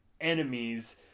enemies